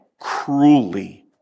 cruelly